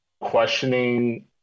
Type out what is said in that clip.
questioning